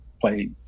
play